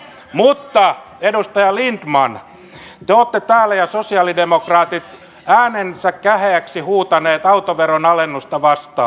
mutta edustaja lindtman te ja sosialidemokraatit olette täällä äänenne käheäksi huutaneet autoveron alennusta vastaan